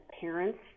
parents